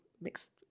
mixed